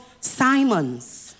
Simon's